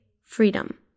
Freedom